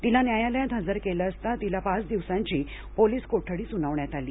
तिला न्यायालयात हजर केलं असता तिला पाच दिवसांची पोलिस कोठडी सुनावण्यात आली